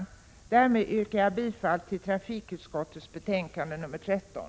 Med detta yrkar jag bifall till hemställan i trafikutskottets betänkande 13.